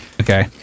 okay